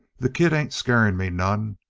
the kid ain't scaring me none.